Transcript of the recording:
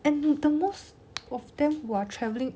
and the most of them while travelling